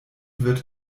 wird